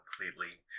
completely